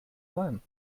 sein